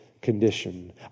condition